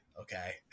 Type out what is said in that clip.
okay